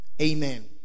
amen